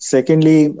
Secondly